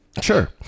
Sure